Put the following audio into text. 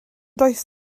does